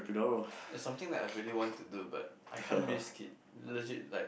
it's something that I really want to do but I can risk it legit like